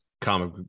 comic